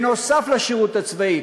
נוסף על השירות הצבאי,